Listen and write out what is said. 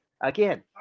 Again